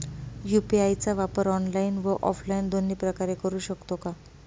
UPI चा वापर online व ऑफलाईन दोन्ही प्रकारे करु शकतो का?